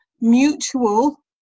mutual